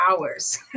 hours